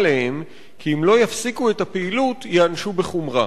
עליהם כי אם לא יפסיקו את הפעילות ייענשו בחומרה.